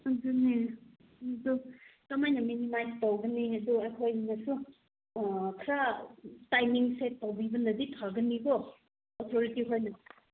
ꯑꯗꯨꯅꯦ ꯑꯗꯨ ꯀꯔꯃꯥꯏꯅ ꯃꯤꯠ ꯅꯥꯏꯠ ꯇꯧꯒꯅꯤ ꯑꯗꯨ ꯑꯩꯈꯣꯏꯅꯁꯨ ꯈꯔ ꯇꯥꯏꯃꯤꯡ ꯁꯦꯠ ꯇꯧꯕꯤꯕꯅꯗꯤ ꯐꯒꯅꯤꯀꯣ ꯑꯣꯊꯣꯔꯤꯇꯤ ꯃꯈꯩꯅ